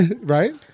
Right